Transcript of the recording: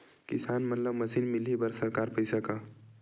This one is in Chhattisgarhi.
किसान मन ला मशीन मिलही बर सरकार पईसा का?